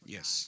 Yes